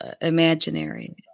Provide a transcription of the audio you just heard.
imaginary